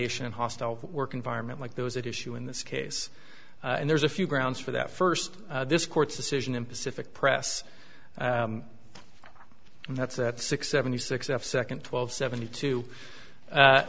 and hostile work environment like those that issue in this case and there's a few grounds for that first this court's decision in pacific press and that's at six seventy six f second twelve seventy two